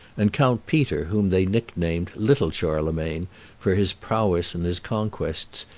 and count peter, whom they nicknamed little charlemagne for his prowess and his conquests,